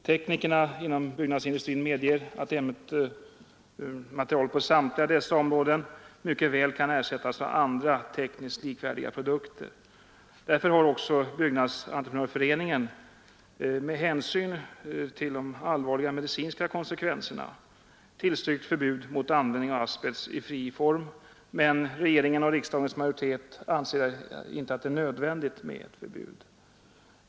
Teknikerna inom byggnadsindustrin medger att materialet på samtliga dessa områden mycket väl kan ersättas av andra, tekniskt likvärdiga produkter. Därför har också Byggnadsentreprenörföreningen med hänsyn till de allvarliga medicinska konsekvenserna tillstyrkt förbud mot användning av asbest i fri form. Men regeringen och riksdagens majoritet anser det inte nödvändigt med förbud.